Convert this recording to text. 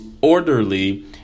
orderly